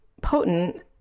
potent